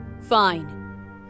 Fine